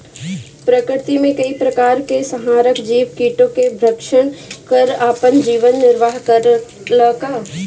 प्रकृति मे कई प्रकार के संहारक जीव कीटो के भक्षन कर आपन जीवन निरवाह करेला का?